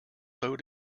boat